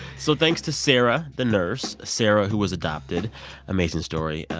so thanks to sarah, the nurse. sara, who was adopted amazing story.